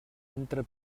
entre